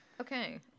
Okay